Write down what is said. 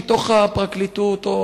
מתוך הפרקליטות או